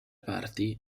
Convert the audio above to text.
parti